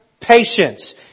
patience